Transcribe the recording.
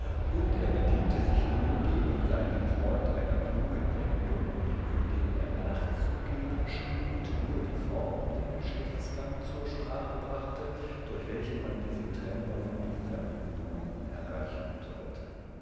und er bediente sich nun gegen seinen freund einer klugen wendung indem er nachzugeben schien und nur die form den geschäftsgang zur sprache brachte durch welchen man diese trennung diese verbindungen erreichen sollte